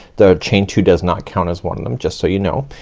the chain two does not count as one of them, just so you know.